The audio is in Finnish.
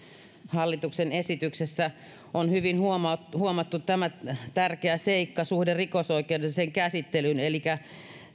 hallituksen esityksessä on hyvin huomattu huomattu tämä tärkeä seikka suhde rikosoikeudelliseen käsittelyyn elikkä